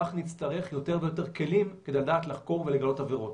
כך נצטרך יותר ויותר כלים כדי לדעת לחקור ולגלות עבירות.